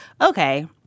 Okay